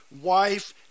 wife